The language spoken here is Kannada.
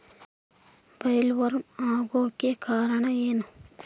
ಬೊಲ್ವರ್ಮ್ ಆಗೋಕೆ ಕಾರಣ ಏನು?